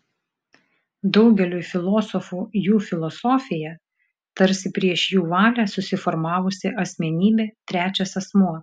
daugeliui filosofų jų filosofija tarsi prieš jų valią susiformavusi asmenybė trečias asmuo